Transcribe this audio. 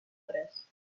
tres